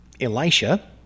Elisha